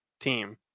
team